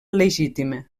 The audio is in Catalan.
legítima